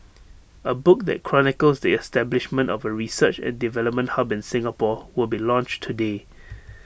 A book that chronicles the establishment of A research and development hub in Singapore will be launched today